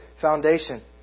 foundation